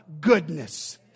goodness